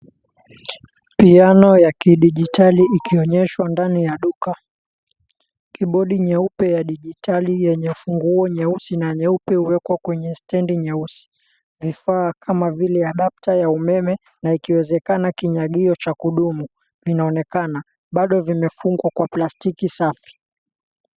Piano ya kidijitali ikionyeshwa ndani ya duka. Kibodu nyeupe ya dijitali yenye funguo nyeusi na nyeupe, huwekwa kwenye stendi nyeusi. Vifaa kama vile adapta ya umeme, na ikiwezekana kinyagio cha kudumu. Vinaonekana bado vimefungwa kwa plastiki safi.